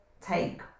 take